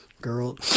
girl